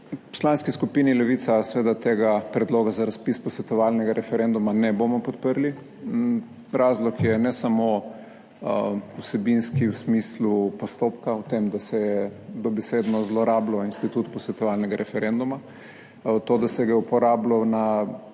Poslanski skupini Levica seveda tega predloga za razpis posvetovalnega referenduma ne bomo podprli. Razlog je ne samo vsebinski v smislu postopka, v tem, da se je dobesedno zlorabilo institut posvetovalnega referenduma, v to, da se ga je uporabilo